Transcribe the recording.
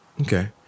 okay